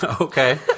Okay